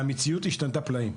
אבל המציאות השתנתה פלאים,